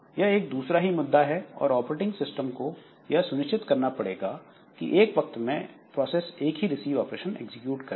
यह एक दूसरा ही मुद्दा है और ऑपरेटिंग सिस्टम को यह सुनिश्चित करना पड़ेगा कि एक वक्त में एक प्रोसेस ही रिसीव ऑपरेशन एग्जीक्यूट करें